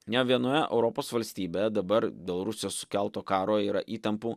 ne vienoje europos valstybėje dabar dėl rusijos sukelto karo yra įtampų